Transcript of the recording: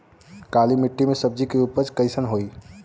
काली मिट्टी में सब्जी के उपज कइसन होई?